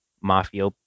mafia